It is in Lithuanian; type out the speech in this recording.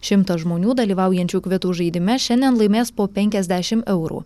šimtas žmonių dalyvaujančių kvitų žaidime šiandien laimės po penkiasdešim eurų